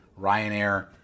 Ryanair